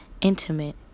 intimate